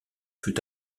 fut